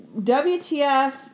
WTF